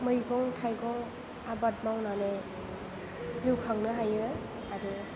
मैगं थायगं आबाद मावनानै जिउ खांनो हायो आरो